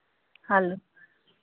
hello